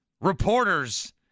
reporters